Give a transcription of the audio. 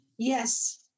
Yes